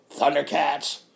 Thundercats